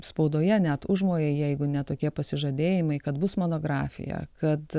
spaudoje net užmojai jeigu ne tokie pasižadėjimai kad bus monografija kad